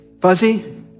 fuzzy